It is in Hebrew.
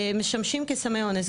משמשים כסמי אונס,